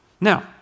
Now